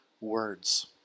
words